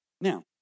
Now